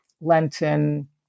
Lenten